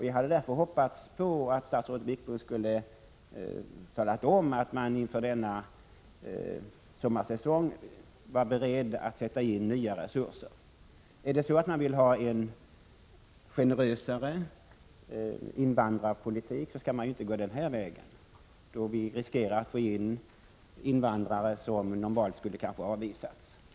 Jag hade därför hoppats att statsrådet Wickbom nu skulle ha talat om att man inför denna sommarsäsong var beredd att sätta in nya resurser. Om det är så att man vill ha en generösare invandrarpolitik, skall man ju inte gå den här vägen, då vi riskerar att få in invandrare som normalt kanske skulle ha avvisats.